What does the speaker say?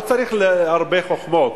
לא צריך הרבה חוכמות,